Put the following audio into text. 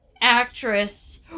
actress